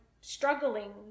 struggling